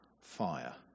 fire